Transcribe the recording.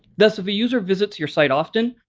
thus, if a user visits your site often,